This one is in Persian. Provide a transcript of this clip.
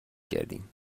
کردیم